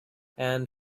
and